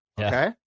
Okay